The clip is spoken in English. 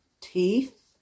teeth